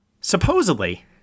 supposedly